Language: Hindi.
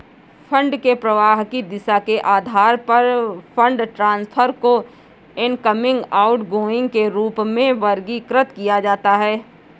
फंड के प्रवाह की दिशा के आधार पर फंड ट्रांसफर को इनकमिंग, आउटगोइंग के रूप में वर्गीकृत किया जाता है